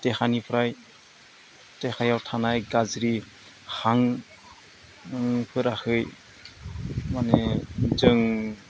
देहानिफ्राय देहायाव थानाय गाज्रि हांफोरखौ माने जों